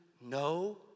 no